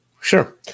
Sure